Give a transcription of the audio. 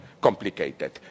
complicated